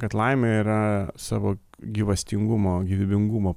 kad laimė yra savo gyvastingumo gyvybingumo